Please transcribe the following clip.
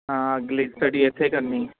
ਹਾਂ ਅਗਲੀ ਸਟੱਡੀ ਇੱਥੇ ਕਰਨੀ